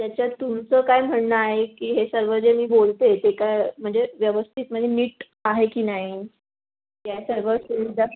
त्याच्यात तुमचं काय म्हणणं आहे की हे सर्व जे मी बोलते ते काय म्हणजे व्यवस्थित म्हणजे नीट आहे की नाही या सर्व सुविधा